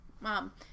mom